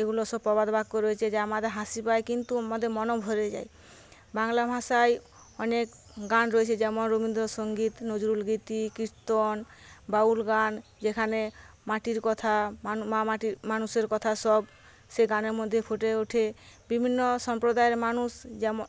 এগুলো সব প্রবাদ বাক্য রয়েছে যা আমাদের হাসি পায় কিন্তু আমাদের মনও ভরে যায় বাংলা ভাষায় অনেক গান রয়েছে যেমন রবীন্দ্রসঙ্গীত নজরুল গীতি কীর্তন বাউল গান যেখানে মাটির কথা মা মাটি মানুষের কথা সব সে গানের মধ্যে ফুটে ওঠে বিভিন্ন সম্প্রদায়ের মানুষ যেমন